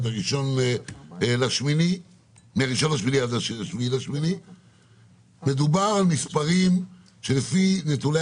מה-1.8 עד 7.8. מדובר על מספרים שלפי נתוני